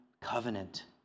covenant